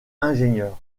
ingénieur